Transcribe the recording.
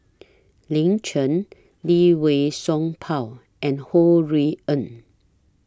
Lin Chen Lee Wei Song Paul and Ho Rui An